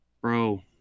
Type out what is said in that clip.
Bro